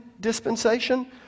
dispensation